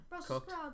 cooked